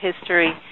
history